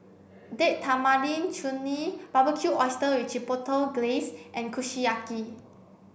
Date Tamarind Chutney Barbecued Oysters with Chipotle Glaze and Kushiyaki